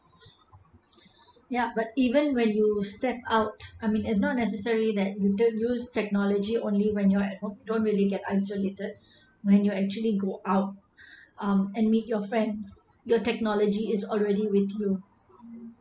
yeah but even when you step out I mean it's not necessary that you don't use technology only when you're don't really get isolated when you actually go out um and meet your friends your technology is already with you